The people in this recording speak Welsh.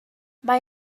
mae